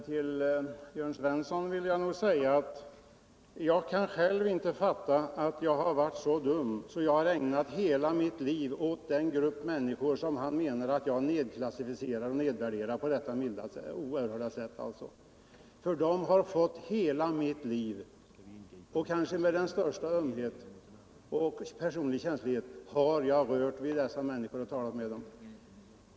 Till Jörn Svensson vill jag säga att jag själv inte kan fatta att jag har varit så dum att jag ägnat hela mitt liv åt den grupp människor som jag klassificerar på det oerhört nedvärderande sätt som Jörn Svensson vill göra gällande. De har fått hela mitt liv. Med den största ömhet och personliga känslighet har jag rört vid dessa människor och talat med dem.